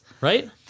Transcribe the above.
Right